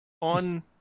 on